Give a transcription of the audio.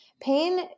Pain